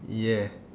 ya